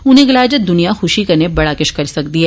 उनें गलाया जे दूनिया खूशी कन्नै बड़ा किश करी सकदी ऐ